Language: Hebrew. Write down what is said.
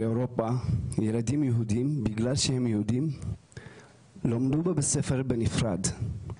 באירופה ילדים יהודים בגלל שהם יהודים למדו בבית ספר בנפרד,